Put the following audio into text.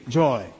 joy